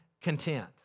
content